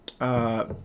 Uh-